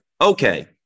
okay